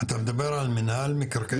אתה מדבר על מינהל מקרקעי ישראל?